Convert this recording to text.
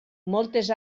moltes